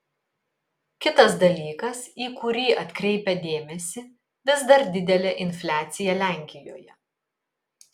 kitas dalykas į kurį atkreipia dėmesį vis dar didelė infliacija lenkijoje